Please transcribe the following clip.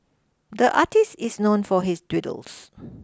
the artist is known for his doodles